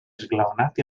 esglaonat